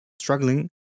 struggling